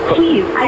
Please